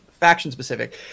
faction-specific